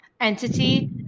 entity